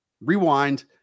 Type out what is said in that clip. Rewind